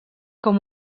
com